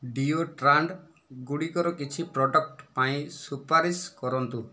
deodorant ଗୁଡ଼ିକର କିଛି product ପାଇଁ ସୁପାରିଶ କରନ୍ତୁ